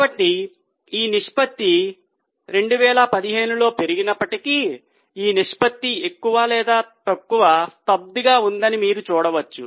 కాబట్టి ఈ నిష్పత్తి 2015 లో పెరిగినప్పటికీ ఈ నిష్పత్తి ఎక్కువ లేదా తక్కువ స్తబ్దత ఉందని మీరు చూడవచ్చు